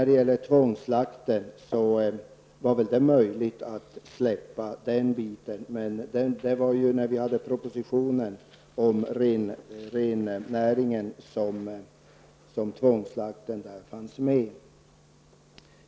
Det var väl möjligt att släppa tvångsslakten. Men tvångsslakten fanns med i propositionen om rennäringen.